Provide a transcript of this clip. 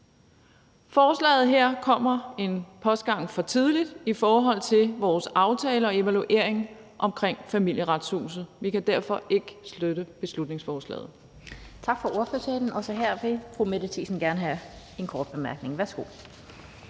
Forslaget her kommer en postgang for tidligt i forhold til vores aftale og evaluering af Familieretshuset. Vi kan derfor ikke støtte beslutningsforslaget. Kl. 17:22 Den fg. formand (Annette Lind): Tak for ordførertalen. Også her vil fru Mette Thiesen gerne have en kort bemærkning. Værsgo.